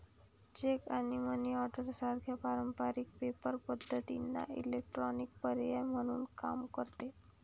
check आणि money order सारख्या पारंपारिक पेपर पद्धतींना इलेक्ट्रॉनिक पर्याय म्हणून काम करते